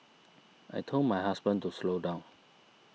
I told my husband to slow down